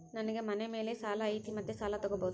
ನನಗೆ ಮನೆ ಮೇಲೆ ಸಾಲ ಐತಿ ಮತ್ತೆ ಸಾಲ ತಗಬೋದ?